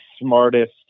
smartest